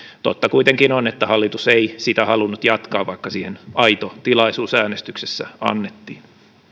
totta kuitenkin on että hallitus ei sitä halunnut jatkaa vaikka siihen aito tilaisuus äänestyksessä annettiin